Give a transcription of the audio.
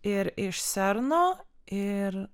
ir iš serno ir